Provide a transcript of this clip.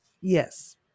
Yes